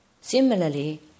Similarly